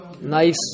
nice